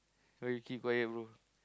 why you keep quiet bro